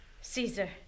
Caesar